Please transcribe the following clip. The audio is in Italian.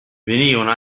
venivano